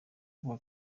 avuga